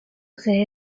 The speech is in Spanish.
sede